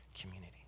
community